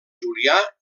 julià